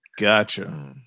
Gotcha